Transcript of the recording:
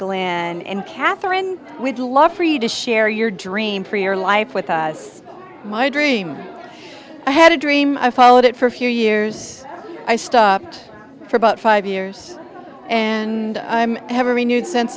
catherine we'd love for you to share your dream for your life with us my dream i had a dream i followed it for a few years i stopped for about five years and have a renewed sense